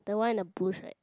the one in the bush right